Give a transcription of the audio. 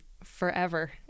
forever